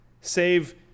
save